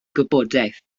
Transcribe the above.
gwybodaeth